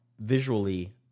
visually